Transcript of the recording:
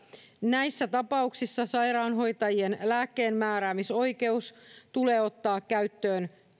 näissä tapauksissa sairaanhoitajien lääkkeenmääräämisoikeus tulee ottaa käyttöön